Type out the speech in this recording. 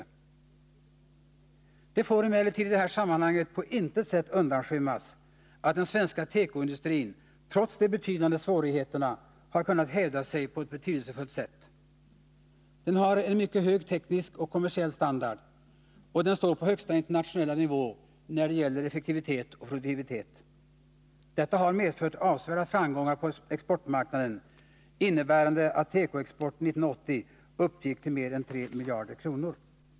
I det här sammanhanget får emellertid på intet sätt undanskymmas att den svenska tekoindustrin trots de betydande svårigheterna har kunnat hävda sig på ett betydelsefullt sätt. Den har en mycket hög teknisk och kommersiell standard, och den står på högsta internationella nivå när det gäller effektivitet och produktivitet. Detta har medfört avsevärda framgångar på exportmarknaden, innebärande att tekoexporten 1980 uppgick till mer än 3 miljarder kronor.